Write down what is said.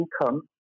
income